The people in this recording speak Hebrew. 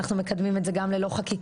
אנחנו מקדמים את זה גם ללא חקיקה,